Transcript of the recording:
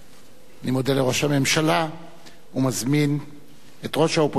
אני מודה לראש הממשלה ומזמין את ראש האופוזיציה